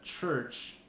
church